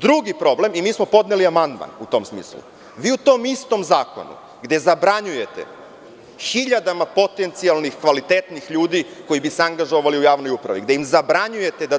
Drugi problem, podneli smo amandman u tom smislu, u tom istom zakonu, gde zabranjujete hiljadama potencijalnih kvalitetnih ljudi koji bi se angažovali u javnoj upravi, gde im zabranjujete da